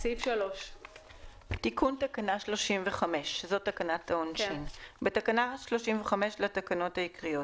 נעבור לסעיף 3. תיקון תקנה 35 3. בתקנה 35 לתקנות העיקריות